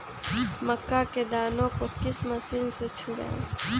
मक्का के दानो को किस मशीन से छुड़ाए?